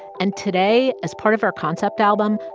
and today, as part of our concept album,